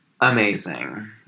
amazing